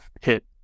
hit